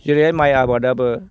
जेरै माइ आबादाबो